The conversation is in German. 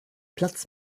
platz